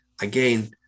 again